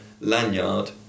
lanyard